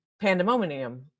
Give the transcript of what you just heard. pandemonium